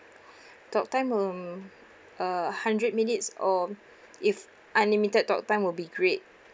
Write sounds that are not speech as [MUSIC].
[BREATH] talk time um a hundred minutes or if unlimited talk time will be great